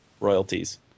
Royalties